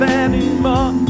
anymore